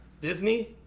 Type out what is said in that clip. Disney